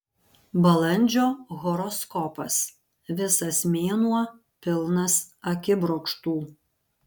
balandžio horoskopas visas mėnuo pilnas akibrokštų